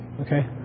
okay